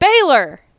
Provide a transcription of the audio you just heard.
Baylor